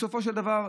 בסופו של דבר,